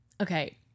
Okay